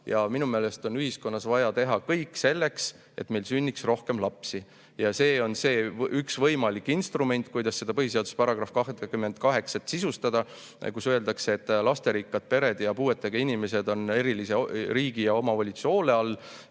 Minu meelest on ühiskonnas vaja teha kõik selleks, et meil sünniks rohkem lapsi. Ja see on see üks võimalik instrument, kuidas sisustada põhiseaduse § 28, kus öeldakse, et lasterikkad pered ja puuetega inimesed on riigi ja omavalitsuse